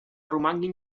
romanguin